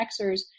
Xers